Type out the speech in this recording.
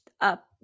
up